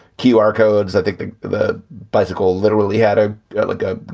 qr codes, i think the the bicycle literally had a look, ah